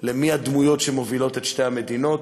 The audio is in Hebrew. למי הדמויות שמובילות את שתי המדינות.